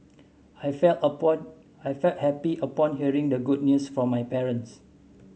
I felt upon I felt happy upon hearing the good news from my parents